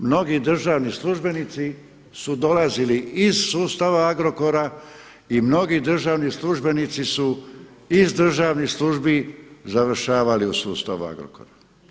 Mnogi državni službenici su dolazili iz sustava Agrokora i mnogi državni službenici su iz državnih službi završavali u sustavu Agrokora.